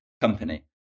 company